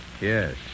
Yes